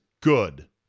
good